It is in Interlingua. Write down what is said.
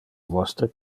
vostre